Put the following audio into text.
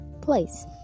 place